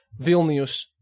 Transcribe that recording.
Vilnius